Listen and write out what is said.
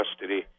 custody